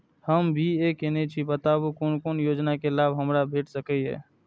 हम बी.ए केनै छी बताबु की कोन कोन योजना के लाभ हमरा भेट सकै ये?